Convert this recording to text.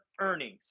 earnings